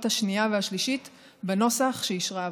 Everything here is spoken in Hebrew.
השנייה והשלישית בנוסח שאישרה הוועדה.